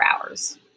hours